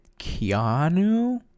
Keanu